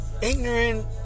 ignorant